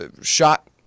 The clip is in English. shot